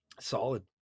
solid